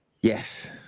Yes